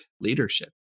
leadership